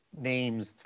names